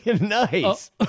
Nice